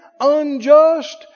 unjust